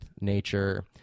nature